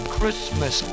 Christmas